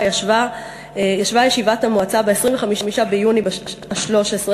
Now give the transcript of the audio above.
התקיימה ישיבת המועצה ב-25 ביוני 2013,